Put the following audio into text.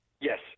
Yes